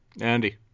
Andy